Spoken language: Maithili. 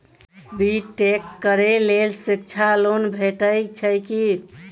बी टेक करै लेल शिक्षा लोन भेटय छै की?